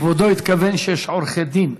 כבודו התכוון שיש עורכי דין.